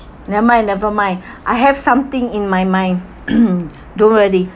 never mind never mind I have something in my mind don't worry